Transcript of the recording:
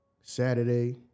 Saturday